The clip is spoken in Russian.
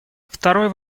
второй